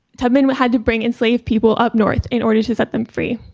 tubman but had to bring enslaved people up north in order to set them free.